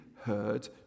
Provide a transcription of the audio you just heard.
heard